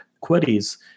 queries